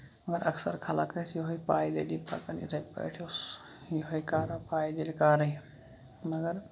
مگر اَکثر خلق ٲسۍ یِہوے پایدٔلی پَکان یِتھے پٲٹھۍ اوس یِہوے کارا پایدلۍ کارٕے مَگر